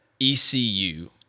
ECU